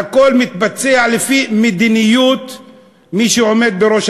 והכול מתבצע לפי המדיניות של מי שעומד בראש,